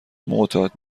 معتاد